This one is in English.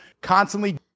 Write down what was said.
constantly